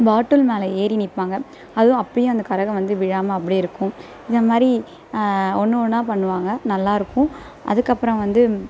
பாட்டில் மேல் ஏறி நிற்பாங்க அது அப்போயும் அந்த கரகம் வந்து விழாமல் அப்படியே இருக்கும் இந்த மாதிரி ஒன்று ஒன்றா பண்ணுவாங்க நல்லாயிருக்கும் அதுக்கப்புறம் வந்து